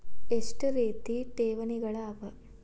ಎಷ್ಟ ರೇತಿ ಠೇವಣಿಗಳ ಅವ?